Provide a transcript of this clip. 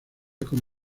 como